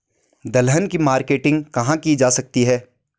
दलहन की मार्केटिंग कहाँ की जा सकती है?